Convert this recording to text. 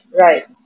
right